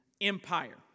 empire